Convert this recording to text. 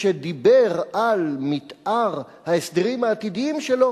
כשדיבר על מיתאר ההסדרים העתידיים שלו,